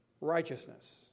Righteousness